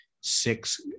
six